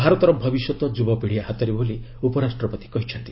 ଭାରତର ଭବିଷ୍ୟତ ଯୁବପିଢ଼ି ହାତରେ ବୋଲି ଉପରାଷ୍ଟ୍ରପତି କହିଛନ୍ତି